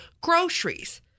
groceries